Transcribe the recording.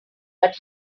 but